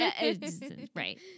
Right